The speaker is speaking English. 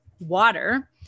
water